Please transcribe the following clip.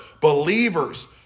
believers